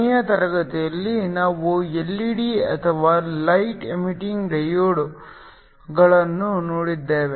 ಕೊನೆಯ ತರಗತಿಯಲ್ಲಿ ನಾವು ಎಲ್ಇಡಿ ಅಥವಾ ಲೈಟ್ ಎಮಿಟಿಂಗ್ ಡಯೋಡ್ಗಳನ್ನು ನೋಡಿದ್ದೇವೆ